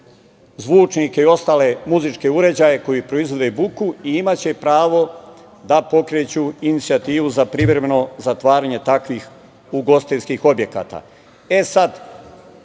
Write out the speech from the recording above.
zvučnike i ostale muzičke uređaje koji proizvode buku i imaće pravo da pokreću inicijativu za privremeno zatvaranje takvih ugostiteljskih objekata. Sada,